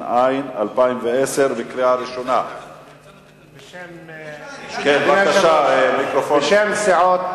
התש"ע 2010. בשם סיעות